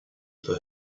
for